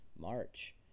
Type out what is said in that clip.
March